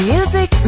Music